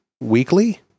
Weekly